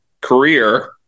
career